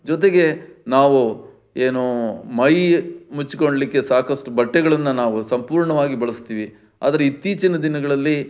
ಜೊತೆಗೆ ನಾವು ಏನು ಮೈ ಮುಚ್ಕೊಳ್ಳಿಕ್ಕೆ ಸಾಕಷ್ಟು ಬಟ್ಟೆಗಳನ್ನು ನಾವು ಸಂಪೂರ್ಣವಾಗಿ ಬಳಸ್ತೀವಿ ಆದರೆ ಇತ್ತೀಚಿನ ದಿನಗಳಲ್ಲಿ